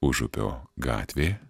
užupio gatvė